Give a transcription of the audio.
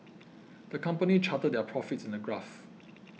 the company charted their profits in a graph